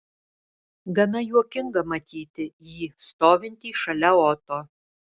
gana juokinga matyti jį stovintį šalia oto